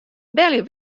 belje